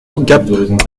gap